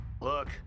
Look